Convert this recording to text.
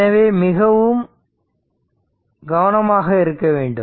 எனவே இங்கே மிகவும் கவனமாக இருக்க வேண்டும்